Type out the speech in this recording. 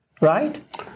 right